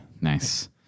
Nice